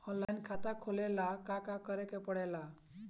Online खाता खोले ला का का करे के पड़े ला?